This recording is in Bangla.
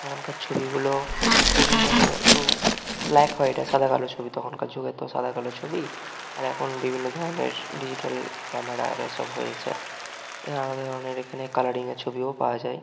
তখনকার ছবিগুলো খুবই মানে একটু ব্ল্যাক হোয়াইটে সাদা কালো ছবি তখনকার যুগে তো সাদা কালো ছবি আর এখন বিভিন্ন ধরনের ডিজিটাল ক্যামেরা আর এসব হয়েছে এখানে আলাদা ধরনের এখানে কালারিংয়ে ছবিও পাওয়া যায়